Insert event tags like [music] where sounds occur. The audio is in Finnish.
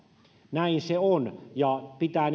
näin se on pitää [unintelligible]